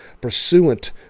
pursuant